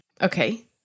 Okay